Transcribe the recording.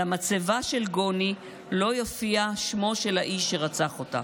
על המצבה של גוני לא יופיע שמו של האיש שרצח אותה.